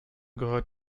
gehörte